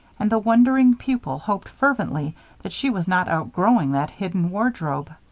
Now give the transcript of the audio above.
and the wondering pupil hoped fervently that she was not outgrowing that hidden wardrobe.